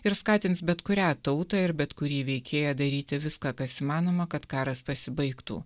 ir skatins bet kurią tautą ir bet kurį veikėją daryti viską kas įmanoma kad karas pasibaigtų